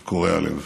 זה קורע לב.